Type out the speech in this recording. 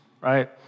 right